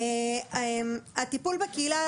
הטיפול בקהילה,